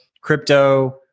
Crypto